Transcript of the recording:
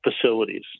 facilities